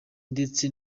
ndetse